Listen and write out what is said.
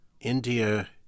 India